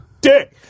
dick